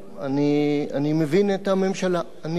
אני מבין את הממשלה, אני בעד